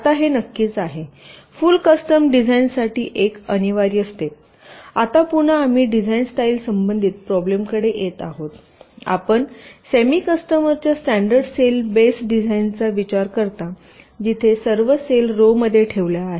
आता हे नक्कीच आहे फुल कस्टम डिझाइनसाठी एक अनिवार्य स्टेप आता पुन्हा आम्ही डिझाइन स्टाईल संबंधित प्रॉब्लेम कडे येत आहोत आपण सेमी कस्टमरच्या स्टॅंडर्ड सेल बेस डिझाइनचा विचार करता जिथे सर्व सेल रोमध्ये ठेवल्या आहेत